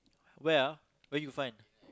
where ah where you find